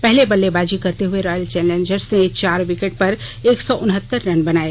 पहले बल्लेबाजी करते हुए रॉयल चैलेंजर्स ने चार विकेट पर एक सौ उनहतर रन बनाए